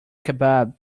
kebab